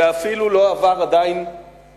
ועדיין לא עבר אפילו